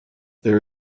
there